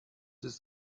ist